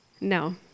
No